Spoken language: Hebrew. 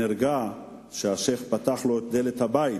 נרגע כשהשיח' פתח לו את דלת הבית